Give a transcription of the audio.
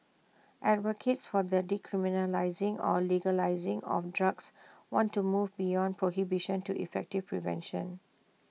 advocates for the decriminalising or legalising of drugs want to move beyond prohibition to effective prevention